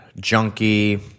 junkie